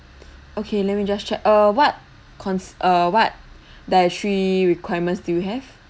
okay let me just check uh what conc~ uh what dietary requirements do you have